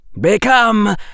Become